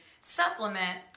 Supplement